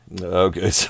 Okay